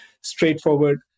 straightforward